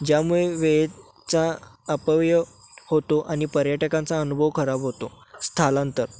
ज्यामुळे वेळेचा अपव्यव होतो आणि पर्यटकांचा अनुभव खराब होतो स्थलांतर